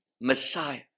Messiah